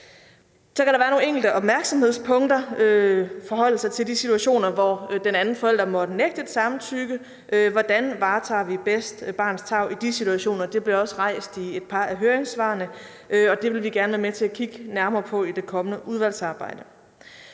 Så kan der være nogle enkelte opmærksomhedspunkter i forhold til de situationer, hvor den anden forælder måtte nægte et samtykke, og hvordan varetager vi bedst barnets tarv i de situationer? Det er også blevet rejst i et par af høringssvarene, og det vil vi gerne være med til at kigge nærmere på i det kommende udvalgsarbejde.